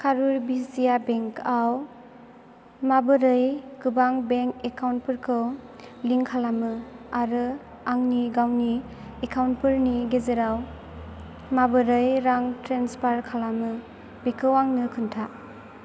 कारुर विसिया बेंकआव मा माबोरै गोबां बेंक एकाउन्टफोरखौ लिंक खालामो आरो आंनि गावनि एकाउन्टफोरनि गेजेराव माबोरै रां ट्रेन्सफार खालामो बेखौ आंनो खोन्था